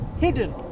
hidden